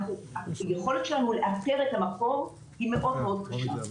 היכולת שלנו לאתר את המקור היא מאוד מאוד קשה.